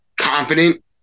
confident